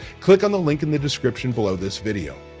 click on the link in the description below this video.